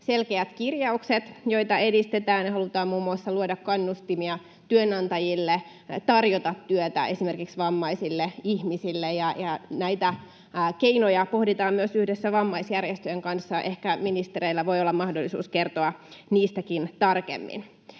selkeät kirjaukset, joita edistetään, ja halutaan muun muassa luoda kannustimia työnantajille tarjota työtä esimerkiksi vammaisille ihmisille, ja näitä keinoja pohditaan myös yhdessä vammaisjärjestöjen kanssa. Ehkä ministereillä voi olla mahdollisuus kertoa niistäkin tarkemmin.